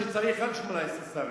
פעם החלטנו שצריך רק 18 שרים,